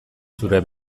zure